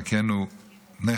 הזקן הוא נכס.